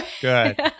Good